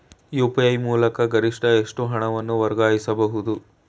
UPI ಮೂಲಕ ಗರಿಷ್ಠ ಎಷ್ಟು ಹಣವನ್ನು ವರ್ಗಾಯಿಸಬಹುದು?